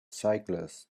cyclists